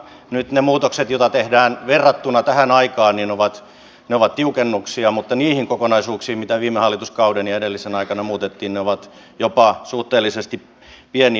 nyt ne muutokset joita tehdään verrattuna tähän aikaan ovat tiukennuksia mutta niihin kokonaisuuksiin mitä viime hallituskauden ja edellisen aikana muutettiin ne ovat jopa suhteellisesti pieniä